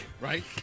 Right